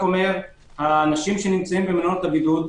האנשים שנמצאים במלונות הבידוד,